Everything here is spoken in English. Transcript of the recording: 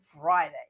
friday